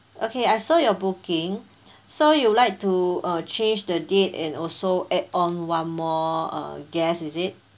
okay I saw your booking so you would like to uh change the date and also add on one more err guest is it